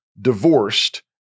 divorced